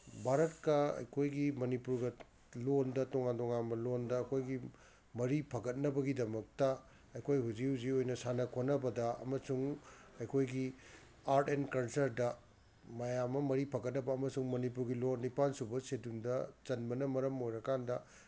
ꯚꯥꯔꯠꯀ ꯑꯩꯈꯣꯏꯒꯤ ꯃꯅꯤꯄꯨꯔꯒ ꯂꯣꯟꯗ ꯇꯣꯉꯥꯟ ꯇꯣꯉꯥꯟꯕ ꯂꯣꯟꯗ ꯑꯩꯈꯣꯏꯒꯤ ꯃꯔꯤ ꯐꯒꯠꯅꯕꯒꯤꯗꯃꯛꯇ ꯑꯩꯈꯣꯏ ꯍꯧꯖꯤꯛ ꯍꯧꯖꯤꯛ ꯑꯣꯏꯅ ꯁꯥꯟꯅ ꯈꯣꯠꯅꯕꯗ ꯑꯃꯁꯨꯡ ꯑꯩꯈꯣꯏꯒꯤ ꯑꯥꯔꯠ ꯑꯦꯟ ꯀꯜꯆꯔꯗ ꯃꯌꯥꯝ ꯑꯃ ꯃꯔꯤ ꯐꯒꯠꯅꯕ ꯑꯃꯁꯨꯡ ꯃꯅꯤꯄꯨꯔꯒꯤ ꯂꯣꯟ ꯅꯤꯄꯥꯟ ꯁꯨꯕ ꯁꯦꯗꯨꯜꯗ ꯆꯟꯕꯅ ꯃꯔꯝ ꯑꯣꯏꯔꯀꯥꯟꯗ